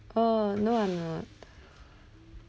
oh no I'm not